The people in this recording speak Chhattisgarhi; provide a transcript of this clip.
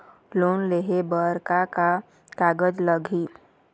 लोन लेहे बर का का कागज लगही?